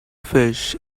fish